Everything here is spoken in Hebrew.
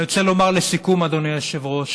אני רוצה לומר לסיכום, אדוני היושב-ראש,